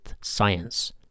science